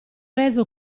reso